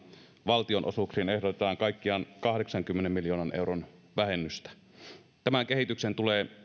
valtionosuuksiin ehdotetaan kaikkiaan kahdeksankymmenen miljoonan euron vähennystä tämän kehityksen tulee